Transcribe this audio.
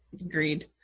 agreed